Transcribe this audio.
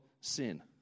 sin